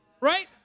right